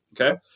Okay